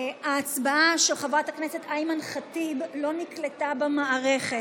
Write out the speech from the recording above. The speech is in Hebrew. ההצבעה של חברת הכנסת אימאן ח'טיב לא נקלטה במערכת.